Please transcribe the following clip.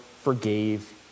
forgave